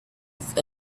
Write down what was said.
with